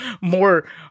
More